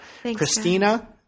Christina